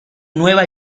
nueva